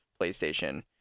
PlayStation